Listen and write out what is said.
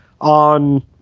on